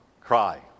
cry